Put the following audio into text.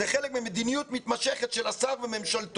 זה חלק ממדיניות מתמשכת של השר וממשלת